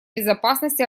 безопасности